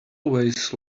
ways